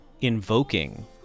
invoking